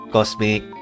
Cosmic